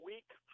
Week